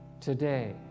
today